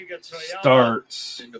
starts